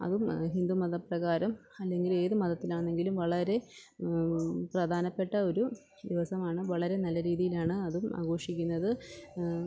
അതും ഹിന്ദു മതപ്രകാരം അല്ലെങ്കിൽ ഏതു മതത്തിൽ ആണെങ്കിലും വളരെ പ്രധാനപ്പെട്ട ഒരു ദിവസമാണ് വളരെ നല്ല രീതിയിൽ ആണ് അതും ആഘോഷിക്കുന്നത്